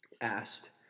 asked